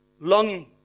longing